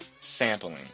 sampling